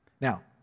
Now